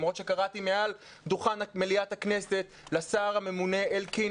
למרות שקראתי מעל דוכן מליאת הכנסת לשר הממונה אלקין